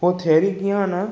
हू थ्येरी कीअं आहे न